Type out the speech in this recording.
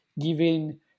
giving